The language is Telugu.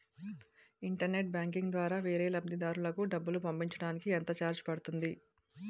ఇంటర్నెట్ బ్యాంకింగ్ ద్వారా వేరే లబ్ధిదారులకు డబ్బులు పంపించటానికి ఎంత ఛార్జ్ పడుతుంది?